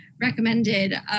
recommended